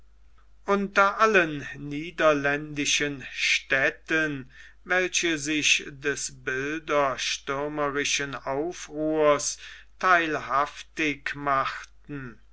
unter allen niederländischen städten welche sich des bilderstürmerischen aufruhrs theilhaftig machten